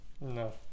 No